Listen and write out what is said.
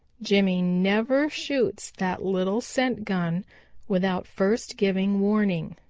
jimmy never shoots that little scent gun without first giving warning.